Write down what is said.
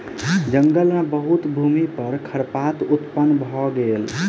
जंगल मे बहुत भूमि पर खरपात उत्पन्न भ गेल